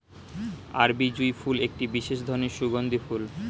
আরবি জুঁই ফুল একটি বিশেষ ধরনের সুগন্ধি ফুল